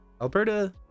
Alberta